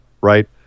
right